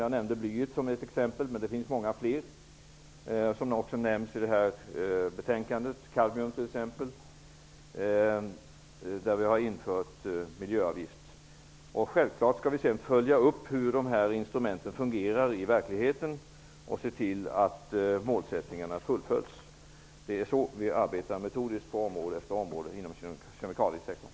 Jag nämnde blyet som ett exempel, men det finns många fler som också är omnämnda i betänkandet, bl.a. kadmium, där vi har infört miljöavgift. Självklart skall vi sedan följa upp hur de här instrumenten fungerar i verkligheten och se till att målsättningarna fullföljs. Det är så vi arbetar metodiskt på område efter område inom kemikaliesektorn.